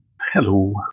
Hello